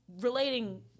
relating